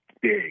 big